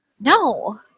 No